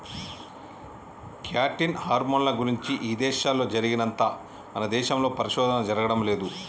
cattle హార్మోన్ల గురించి ఇదేశాల్లో జరిగినంతగా మన దేశంలో పరిశోధన జరగడం లేదు